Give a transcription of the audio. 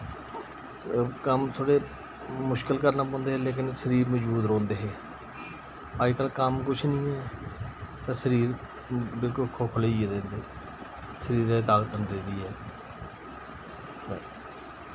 कम्म थोहड़े मुश्कल करने पौंदे हे लेकिन शरीर मजबूत रोह्नदे हे अजकल्ल कम्म कुछ निं ऐ ते शरीर बिल्कुल खोखले होई गेदे इं'दे शरीरे ताकत निं रेह् दी ऐ